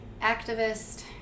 activist